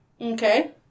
Okay